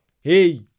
hey